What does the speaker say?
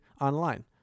online